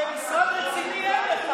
כי משרד רציני אין לך,